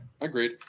agreed